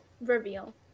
Reveal